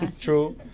true